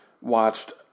watched